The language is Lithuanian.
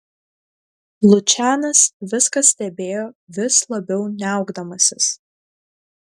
lučianas viską stebėjo vis labiau niaukdamasis